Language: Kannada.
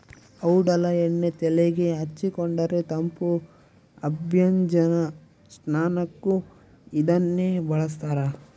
ಔಡಲ ಎಣ್ಣೆ ತೆಲೆಗೆ ಹಚ್ಚಿಕೊಂಡರೆ ತಂಪು ಅಭ್ಯಂಜನ ಸ್ನಾನಕ್ಕೂ ಇದನ್ನೇ ಬಳಸ್ತಾರ